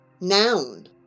Noun